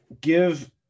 give